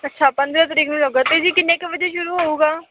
ਅੱਛਾ ਪੰਦਰਾਂ ਤਰੀਕ ਨੂੰ ਲੱਗਾ ਅਤੇ ਜੀ ਕਿੰਨੇ ਕੁ ਵਜੇ ਸ਼ੁਰੂ ਹੋਵੇਗਾ